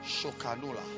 Shokanula